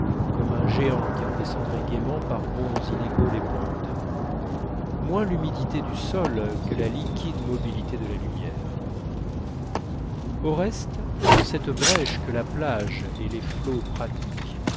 moins l'humidité du sol que la liquide mobilité de la lumière au reste dans cette brèche que la plage et les flots pratiquent